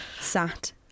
sat